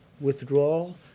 Withdrawal